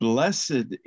Blessed